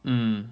mm